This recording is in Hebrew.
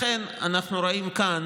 אנחנו רואים כאן